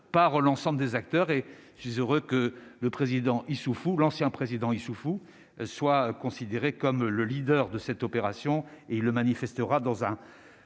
par l'ensemble des acteurs et je suis heureux que le président Issoufou, l'ancien président Issoufou soit considéré comme le leader de cette opération et le manifestera dans un